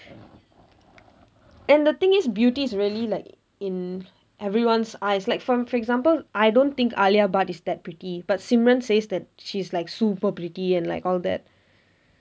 and the thing is beauty is really like in everyone's eye is like for for example I don't think alia bhatt is that pretty but simran says that she's like super pretty and like all that